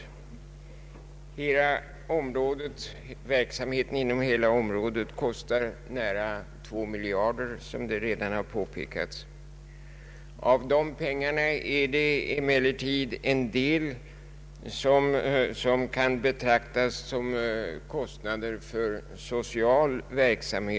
Verksamheten inom hela detta område kostar, som redan påpekats, nära två miljarder kronor. En del av dessa pengar kan emellertid betraktas som kostnader för social verksamhet.